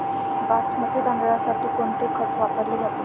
बासमती तांदळासाठी कोणते खत वापरले जाते?